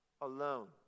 alone